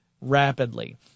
rapidly